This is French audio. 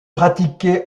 pratiquée